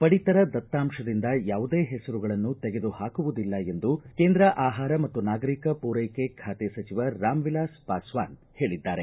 ಪಡಿತರ ದತ್ತಾಂಶದಿಂದ ಯಾವುದೇ ಹೆಸರುಗಳನ್ನು ತೆಗೆದು ಹಾಕುವುದಿಲ್ಲ ಎಂದು ಕೇಂದ್ರ ಆಹಾರ ಮತ್ತು ನಾಗರಿಕ ಪೂರೈಕೆ ಖಾತೆ ಸಚಿವ ರಾಮ್ ವಿಲಾಸ್ ಪಾಸ್ಟಾನ್ ಹೇಳಿದ್ದಾರೆ